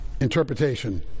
interpretation